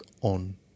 on